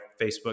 Facebook